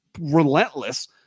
relentless